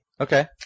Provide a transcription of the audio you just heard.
Okay